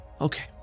Okay